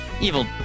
evil